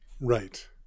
Right